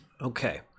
Okay